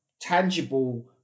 tangible